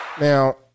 Now